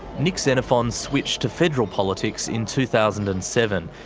nick xenophon switched to federal politics in two thousand and seven,